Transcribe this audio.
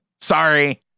Sorry